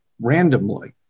randomly